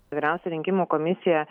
vyriausioji rinkimų komisija